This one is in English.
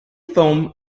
foam